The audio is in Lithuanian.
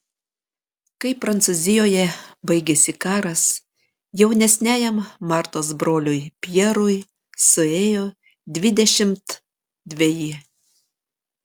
kai prancūzijoje baigėsi karas jaunesniajam martos broliui pjerui suėjo dvidešimt dveji